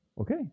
Okay